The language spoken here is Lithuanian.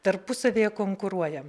tarpusavyje konkuruoja